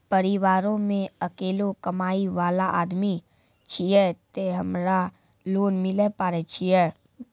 परिवारों मे अकेलो कमाई वाला आदमी छियै ते हमरा लोन मिले पारे छियै?